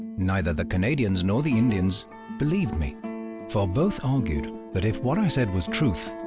neither the canadians nor the indians believed me for both argued that if what i said was truth,